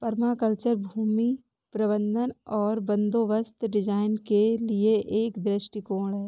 permaculture भूमि प्रबंधन और बंदोबस्त डिजाइन के लिए एक दृष्टिकोण है